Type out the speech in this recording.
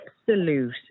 absolute